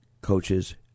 coaches